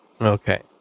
Okay